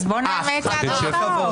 אז בוא נאמץ עד הסוף.